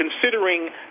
considering